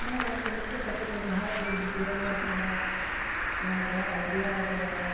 ᱱᱚᱣᱟ ᱤᱭᱟᱹᱛᱮ ᱱᱤᱛᱳᱜ ᱠᱟᱹᱴᱤᱡ ᱡᱟᱦᱟᱸᱭ ᱰᱤᱯᱞᱳᱢᱟ ᱟᱠᱟᱫᱟᱭ ᱟᱭ ᱴᱤ ᱟᱭ ᱚᱠᱟᱫᱟᱭ